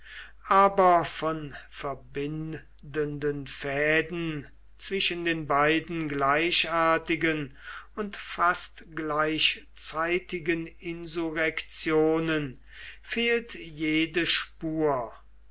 aber von verbindenden fäden zwischen den beiden gleichartigen und fast gleichzeitigen insurrektionen fehlt jede spur